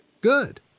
Good